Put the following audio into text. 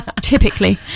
Typically